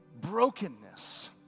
brokenness